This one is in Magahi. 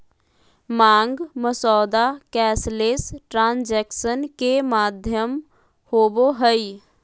मांग मसौदा कैशलेस ट्रांजेक्शन के माध्यम होबो हइ